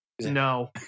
No